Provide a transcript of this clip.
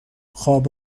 خواب